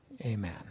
amen